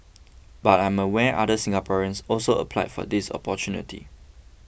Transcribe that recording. but I am aware other Singaporeans also applied for this opportunity